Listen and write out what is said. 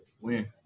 win